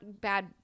Bad